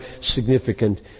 significant